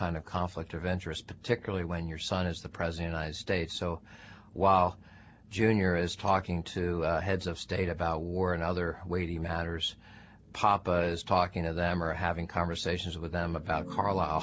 kind of conflict aventuras particularly when your son is the president i's date so while junior is talking to heads of state about war and other weighty matters papa was talking to them or having conversations with them about carl